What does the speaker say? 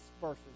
verses